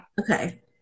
Okay